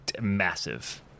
massive